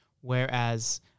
Whereas